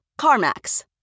CarMax